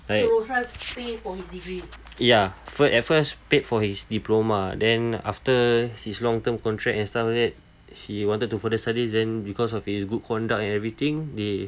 like ya first at first paid for his diploma then after his long term contracts and stuff like that he wanted to further studies then because of his good conduct and everything they